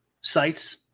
sites